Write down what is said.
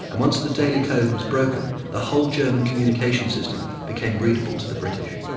and once the daily code was broken the whole german communication system became readable to the british.